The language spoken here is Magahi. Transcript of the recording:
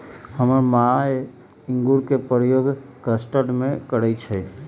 हमर माय इंगूर के प्रयोग कस्टर्ड में करइ छै